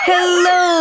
Hello